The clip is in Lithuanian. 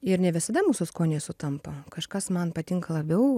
ir ne visada mūsų skoniai sutampa kažkas man patinka labiau